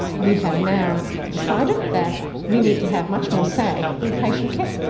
we have now decided that we need to have much more say in patient care.